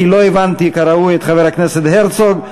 כי לא הבנתי כראוי את חבר הכנסת הרצוג.